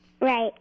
Right